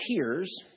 tears